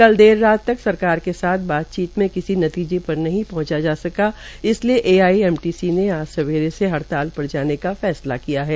कल देर रात सरकार के साथ बातचीत में किसी नतीजे पर नहीं पहंचा जा सका इसलिये एआईएमटीसी ने आज सबेरे से हड़ताल पर जाने का फैसला किया है